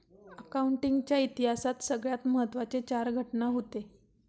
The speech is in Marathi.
अकाउंटिंग च्या इतिहासात सगळ्यात महत्त्वाचे चार घटना हूते